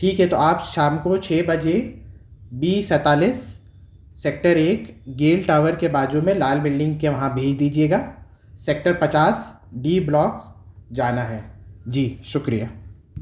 ٹھیک ہے تو آپ شام کو چھ بجے بی سینتالیس سیکٹر ایک گیل ٹاور کے بازو میں لال بلڈنگ کے وہاں بھیج دیجیے گا سیکٹر پچاس ڈی بلاک جانا ہے جی شکریہ